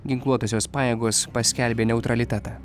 ginkluotosios pajėgos paskelbė neutralitetą